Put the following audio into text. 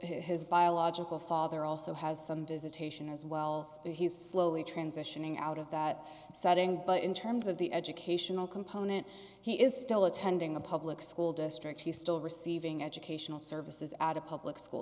his biological father also has some visitation as wells but he's slowly transitioning out of that setting but in terms of the educational component he is still attending a public school district he still receiving educational services at a public school